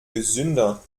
gesünder